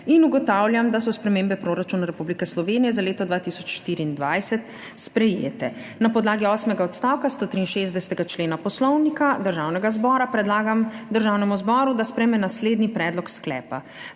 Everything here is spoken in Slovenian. Ugotavljam, da so spremembe proračuna Republike Slovenije za leto 2024 sprejete. Na podlagi osmega odstavka 163. člena Poslovnika Državnega zbora predlagam Državnemu zboru, da sprejme naslednji predlog sklepa: